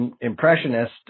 impressionist